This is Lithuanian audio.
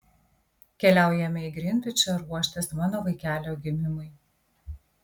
keliaujame į grinvičą ruoštis mano vaikelio gimimui